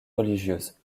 religieuse